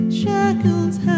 shackles